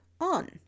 on